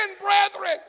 brethren